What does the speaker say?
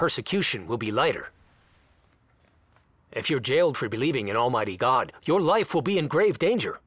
persecution will be lighter if you are jailed for believing in almighty god your life will be in grave danger